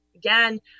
Again